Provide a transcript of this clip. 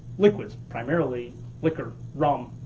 liquids, primarily liquor, rum,